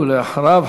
ואחריו,